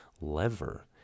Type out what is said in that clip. lever